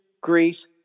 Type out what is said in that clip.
Greece